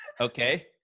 Okay